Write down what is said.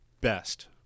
best